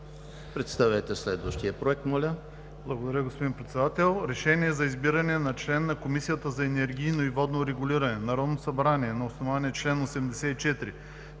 Представете следващия проект,